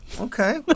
Okay